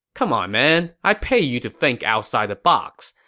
c'mon man, i pay you to think outside the box.